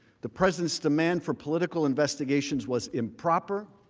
the president's demand for political investigations was improper,